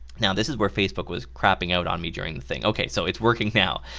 now this is where facebook was crapping out on me during the thing, okay so it's working now.